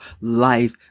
life